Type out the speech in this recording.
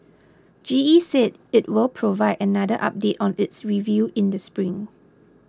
G E said it will provide another update on its review in the spring